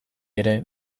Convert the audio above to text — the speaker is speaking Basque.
ere